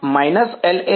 − LA2 થી LA2